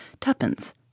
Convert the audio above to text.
Tuppence